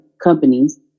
companies